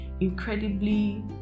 incredibly